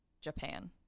Japan